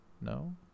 No